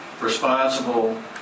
responsible